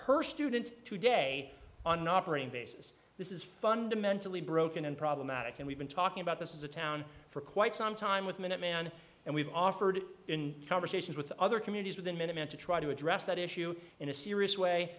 per student today on an operating basis this is fundamentally broken and problematic and we've been talking about this is a town for quite some time with minuteman and we've offered in conversations with other communities with a minimum to try to address that issue in a serious way